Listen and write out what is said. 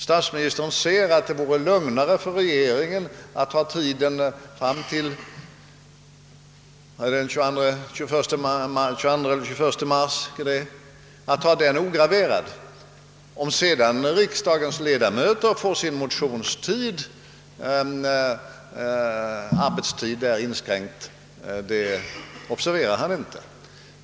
Statsministern säger att det är lugnare för regeringen att ha tiden fram till den 22 mars ograverad. Vid remiss av propositioner Att sedan riksdagens ledamöter därmed får sin arbetstid inskränkt observerar han inte.